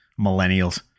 Millennials